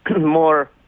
more